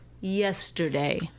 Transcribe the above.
yesterday